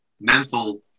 mental